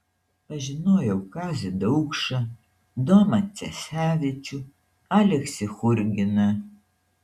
pažinojau kazį daukšą domą cesevičių aleksį churginą